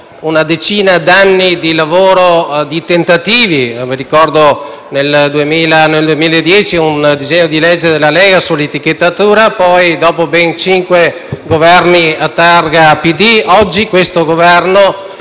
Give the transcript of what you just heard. una decina di anni di lavoro e di tentativi. Ricordo nel 2010 un disegno di legge della Lega sull'etichettatura e poi, dopo ben cinque Governi targati PD, oggi il Governo